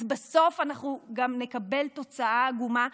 אז בסוף אנחנו גם נקבל תוצאה עגומה,